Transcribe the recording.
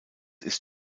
ist